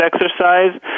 exercise